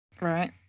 right